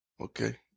Okay